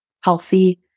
healthy